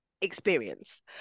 experience